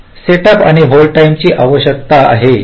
setup आणि hold टाइमची ही आवश्यकता आहे